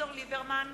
אביגדור ליברמן,